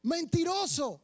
Mentiroso